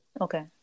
okay